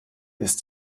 ist